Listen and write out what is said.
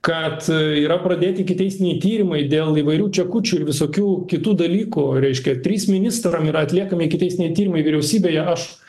kad yra pradėti ikiteisminiai tyrimai dėl įvairių čekučių ir visokių kitų dalykų reiškia trys ministram yra atliekami ikiteisminiai tyrimai vyriausybėje aš